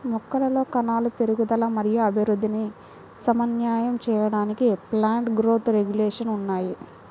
మొక్కలలో కణాల పెరుగుదల మరియు అభివృద్ధిని సమన్వయం చేయడానికి ప్లాంట్ గ్రోత్ రెగ్యులేషన్స్ ఉన్నాయి